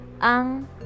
ang